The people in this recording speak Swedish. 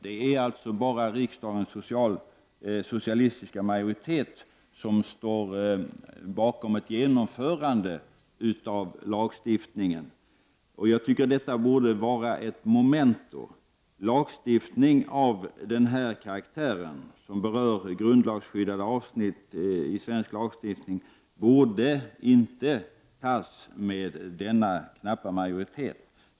Det är alltså bara riksdagens socialistiska majoritet som står bakom ett genomförande av lagstiftningen. Jag tycker att detta borde vara ett memento. Lagstiftning av den här karaktären, som berör grundlagsskyddade avsnitt i svensk lagstiftning, borde inte antas med denna knappa majoritet.